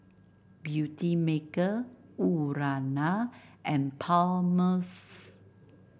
Beautymaker Urana and Palmer's